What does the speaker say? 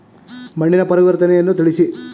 ಮಣ್ಣಿನ ಪರಿವರ್ತನೆಯನ್ನು ತಿಳಿಸಿ?